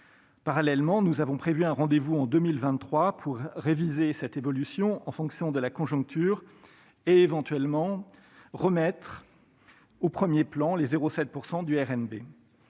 Parallèlement, nous avons prévu un rendez-vous en 2023, pour réviser cette évolution en fonction de la conjoncture et, éventuellement, remettre au premier plan les 0,7 % du RNB